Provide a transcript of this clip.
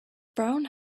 brown